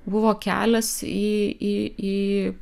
buvo kelias į į į